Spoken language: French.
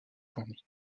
fournis